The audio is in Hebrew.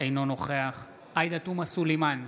אינו נוכח עאידה תומא סלימאן,